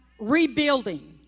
rebuilding